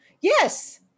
yes